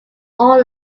all